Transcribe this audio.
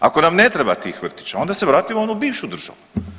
Ako nam ne treba tih vrtića, onda se vratimo u onu bivšu državu.